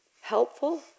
helpful